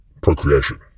procreation